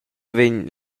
vegn